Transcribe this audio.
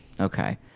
Okay